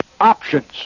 options